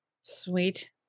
Sweet